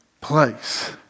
place